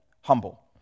humble